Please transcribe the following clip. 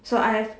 so I've